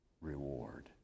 reward